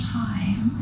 time